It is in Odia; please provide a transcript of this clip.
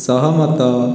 ସହମତ